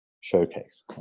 showcase